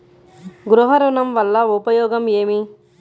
గృహ ఋణం వల్ల ఉపయోగం ఏమి?